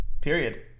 period